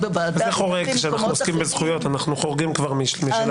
כשאנחנו עוסקים בזכויות אנחנו חורגים משאלת הסבירות.